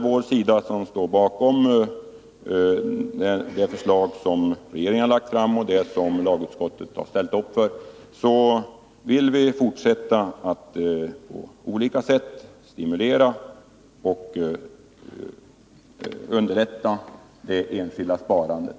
Vi som står bakom det förslag som regeringen har lagt fram och som lagutskottet har ställt upp för vill fortsätta att på olika sätt stimulera och underlätta det enskilda sparandet.